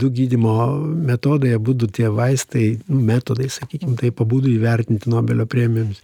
du gydymo metodai abudu tie vaistai metodai sakykim taip abudu įvertinti nobelio premijomis